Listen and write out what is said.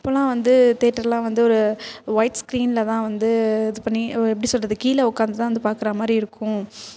அப்போதுலாம் வந்து தேட்டருலாம் வந்து ஒரு ஒயிட் ஸ்க்ரீனில் தான் வந்து இது பண்ணி எப்படி சொல்கிறது கீழே உக்காந்துதான் வந்து பாக்குற மாதிரி இருக்கும்